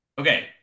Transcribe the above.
Okay